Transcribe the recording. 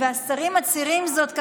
השרים מצהירים זאת,